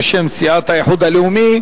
בשם סיעת האיחוד הלאומי.